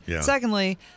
Secondly